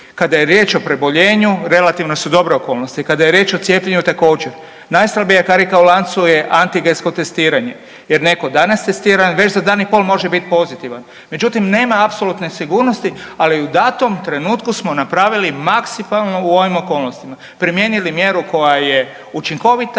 Kada je riječ o preboljenju, relativno su dobre okolnosti, kada je riječ o cijepljenju, također. Najslabija karika u lancu je antigensko testiranje jer netko danas testira, već za dan i pol može biti pozitivan, međutim, nema apsolutne sigurnosti, ali u datom trenutku smo napravili maksipalno u ovim okolnostima. Primijenili mjeru koja je učinkovita,